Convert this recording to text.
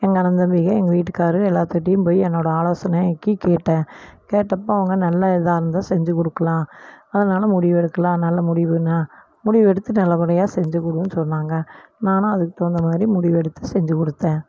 எங்கள் அண்ணன் தம்பிங்கள் எங்கள் வீட்டுக்கார் எல்லாத்துகிட்டையும் போய் என்னோடய ஆலோசனைக்கு கேட்டேன் கேட்டப்போ அவங்க நல்ல இதாக இருந்தால் செஞ்சிக்கொடுக்கலாம் அதனால் முடிவெடுக்கலாம் நல்ல முடிவுன்னால் முடிவெடுத்து நல்லப்படியாக செஞ்சிக்கொடுன்னு சொன்னாங்கள் நானும் அதுக்கு தகுந்தமாரி முடிவெடுத்து செஞ்சிக்கொடுத்தேன்